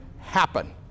happen